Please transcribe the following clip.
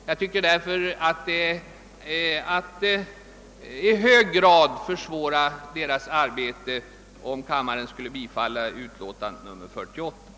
Om kammaren skulle bifalla utskottets hemställan i dess utlåtande nr 48, skulle detta i hög grad försvåra arbetet i Stockholms stad.